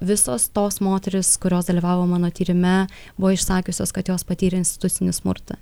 visos tos moterys kurios dalyvavo mano tyrime buvo išsakiusios kad jos patyrė institucinį smurtą